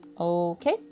Okay